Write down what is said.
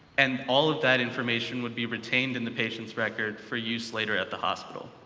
and all of that information would be retained in the patient's record for use later at the hospital.